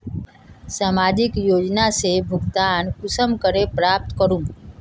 सामाजिक योजना से भुगतान कुंसम करे प्राप्त करूम?